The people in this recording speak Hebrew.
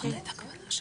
על 313ג אתה מדבר?